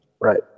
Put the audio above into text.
Right